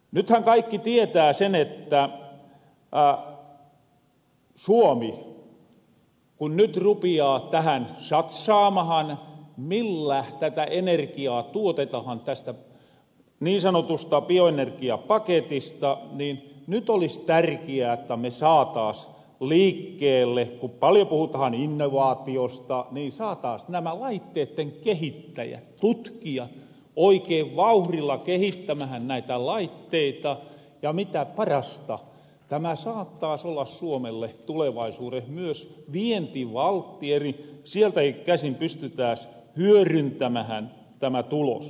nythän kaikki tietää sen että suomi kun nyt rupiaa tähän satsaamaahan millä tätä energiaa tuotetahan tästä niin sanotusta bioenergiapaketista niin nyt olis tärkiää jotta me saataas liikkeelle ku paljo puhutahan innovaatiosta saataas nämä laitteitten kehittäjät tutkijat oikein vauhrilla kehittämähän näitä laitteita ja mitä parasta tämä saattaas olla suomelle tulevaisuures myös vientivaltti eli sieltäki käsin pystyttääs hyöryntämähän tämä tulos